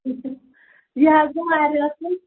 یہِ حظ گوٚو واریاہ اَصٕل